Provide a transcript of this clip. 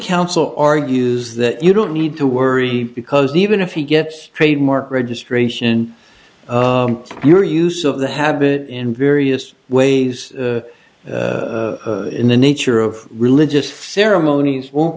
counsel argues that you don't need to worry because even if he gets trademark registration your use of the habit in various ways in the nature of religious ceremonies won't